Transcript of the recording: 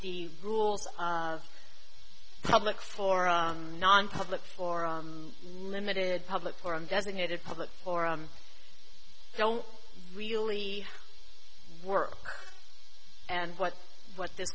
the rules of public for a nonpublic for a limited public forum designated public or don't really work and what what th